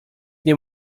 nie